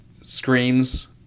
screams